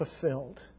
fulfilled